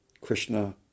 Krishna